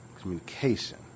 communication